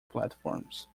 platforms